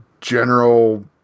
general